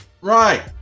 Right